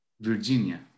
Virginia